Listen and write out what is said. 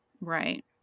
Right